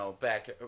back